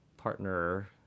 partner